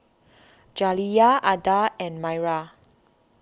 Jaliyah Adda and Maira